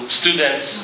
students